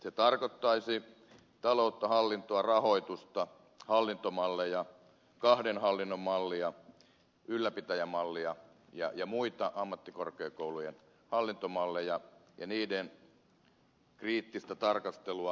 se tarkoittaisi taloutta hallintoa rahoitusta hallintomalleja kahden hallinnon mallia ylläpitäjämallia ja muita ammattikorkeakoulujen hallintomalleja ja niiden kriittistä tarkastelua